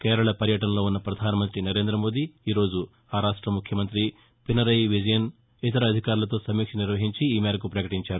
కేరళ పర్యటనలో ఉన్న ప్రధానమంతి నరేంద్రమోదీ ఈ రోజు రాష్ట ముఖ్యమంతి పినరయి విజయన్ ఇతర అధికారులతో సమీక్ష నిర్వహించి ఈ మేరకు పకటించారు